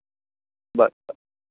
बरें बरें